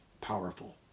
powerful